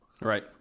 Right